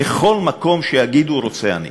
בכל מקום שיגידו "רוצה אני".